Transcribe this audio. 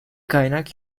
kaynak